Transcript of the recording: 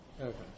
Okay